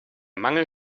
mangel